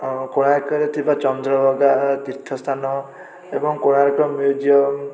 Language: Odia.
କୋଣାର୍କରେ ଥିବା ଚନ୍ଦ୍ରଭାଗା ଓ ତୀର୍ଥସ୍ଥାନ ଏବଂ କୋଣାର୍କ ମ୍ୟୁଜିୟମ୍